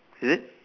is it